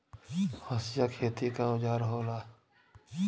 हंसिया खेती क औजार होला